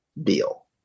deal